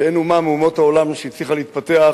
אין אומה מאומות העולם שהצליחה להתפתח כך,